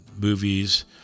movies